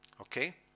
okay